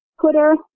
Twitter